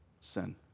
Sin